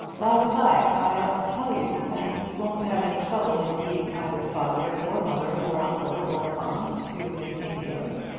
by-the-by, i ought to tell you that you won't have any trouble in being either father or mother, or uncle or aunt to miss amedroz.